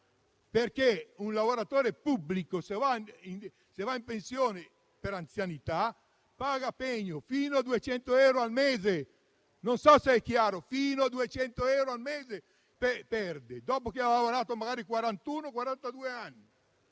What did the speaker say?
perché un lavoratore pubblico, se va in pensione per anzianità, paga pegno, fino a 200 euro al mese. Non so se è chiaro: perde fino a 200 euro al mese, dopo che ha lavorato magari quarantadue